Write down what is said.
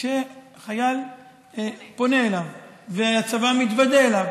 כשחייל פונה אליו והצבא מתוודע אליו.